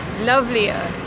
lovelier